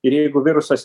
ir jeigu virusas